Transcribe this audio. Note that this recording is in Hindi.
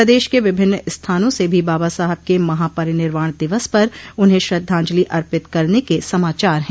प्रदेश के विभिन्न स्थानों से भी बाबा साहब के महापरिनिर्वाण दिवस पर उन्हें श्रद्धांजलि अर्पित करने के समाचार है